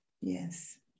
yes